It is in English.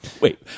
Wait